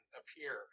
appear